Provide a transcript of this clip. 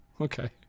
okay